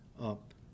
up